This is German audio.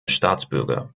staatsbürger